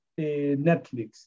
Netflix